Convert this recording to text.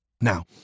Now